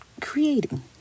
creating